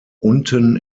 unten